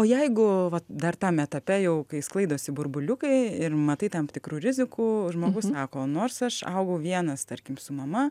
o jeigu dar tam etape jau kai sklaidosi burbuliukai ir matai tam tikrų rizikų žmogus sako nors aš augau vienas tarkim su mama